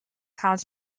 has